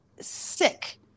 sick